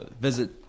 visit